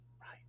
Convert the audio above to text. Right